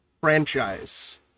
franchise